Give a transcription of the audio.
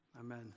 amen